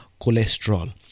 cholesterol